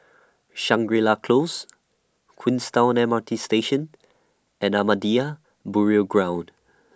Shangri La Close Queenstown M R T Station and Ahmadiyya Burial Ground